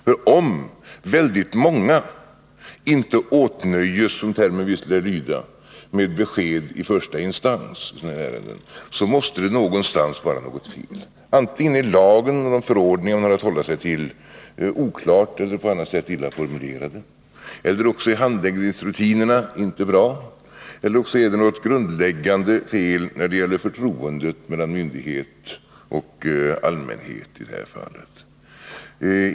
För om väldigt många inte åtnöjes, som termen lär lyda, med besked i första instans i sådana ärenden, måste det någonstans vara något fel. Antingen är lagen och de förordningar man har att hålla sig till oklara eller på annat sätt illa formulerade, eller också är handläggningsrutinerna inte bra, eller också är det något grundläggande fel när det gäller förtroendet mellan myndighet och allmänhet i det här fallet.